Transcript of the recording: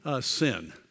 sin